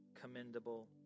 commendable